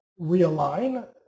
realign